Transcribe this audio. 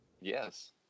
Yes